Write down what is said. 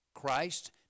Christ